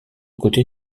côté